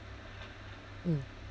mm